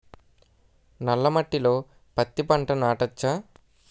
నల్ల మట్టిలో పత్తి పంట నాటచ్చా?